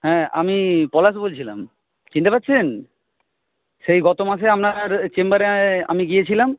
হ্যাঁ আমি পলাশ বলছিলাম চিনতে পারছেন সেই গত মাসে আপনার চেম্বারে আমি গিয়েছিলাম